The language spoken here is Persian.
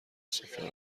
سفره